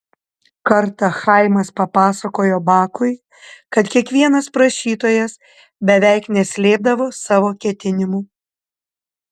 kartą chaimas papasakojo bakui kad kiekvienas prašytojas beveik neslėpdavo savo ketinimų